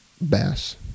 bass